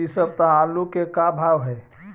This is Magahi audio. इ सप्ताह आलू के का भाव है?